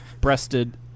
breasted